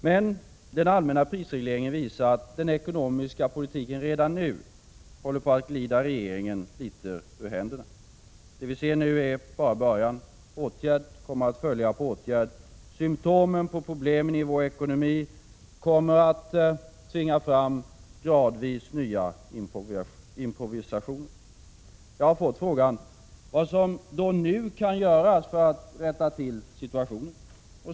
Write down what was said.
Men den allmänna prisregleringen visar att den ekonomiska utvecklingen redan nu håller på att glida regeringen litet ur händerna. Det vi ser nu är bara början. Åtgärd kommer att följa på åtgärd. Symtomen på problemen i vår ekonomi kommer att tvinga fram gradvis nya improvisationer. Jag har fått frågan: Vad är det som nu kan göras för att rätta till situationen?